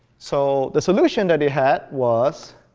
so the solution that they had was,